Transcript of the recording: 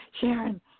Sharon